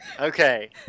Okay